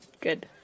good